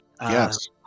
yes